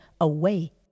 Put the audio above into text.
away